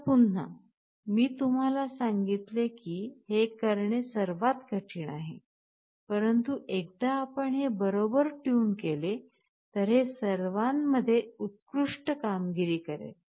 आता पुन्हा मी तुम्हाला सांगितले की हे करणे सर्वात कठीण आहे परंतु एकदा आपण हे बरोबर ट्यून केले तर हे सर्वांमध्ये उत्कृष्ट कामगिरी करेल